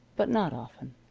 but not often.